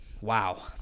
Wow